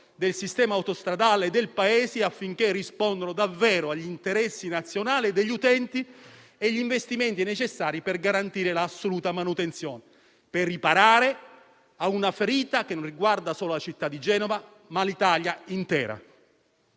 del sistema autostradale del Paese, affinché esso risponda davvero agli interessi nazionali degli utenti, e quali sono gli investimenti necessari per garantire l'assoluta manutenzione, per riparare a una ferita che non riguarda solo la città di Genova, ma l'Italia intera.